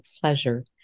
pleasure